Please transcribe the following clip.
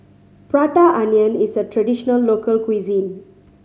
Prata Onion is a traditional local cuisine